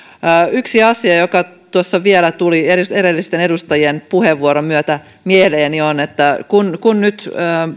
yksi asia joka tuossa vielä tuli edellisten edustajien puheenvuorojen myötä mieleeni on että kun kun nyt